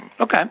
Okay